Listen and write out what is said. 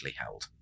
held